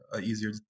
easier